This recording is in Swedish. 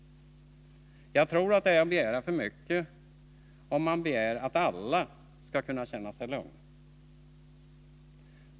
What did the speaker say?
Jag tror att det är att begära för mycket om man begär att alla skall känna sig lugna.